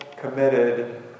committed